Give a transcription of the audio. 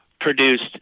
produced